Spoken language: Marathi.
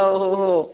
हो हो हो